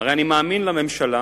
הרי אני מאמין לממשלה